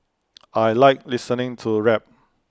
I Like listening to rap